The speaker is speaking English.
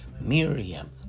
Miriam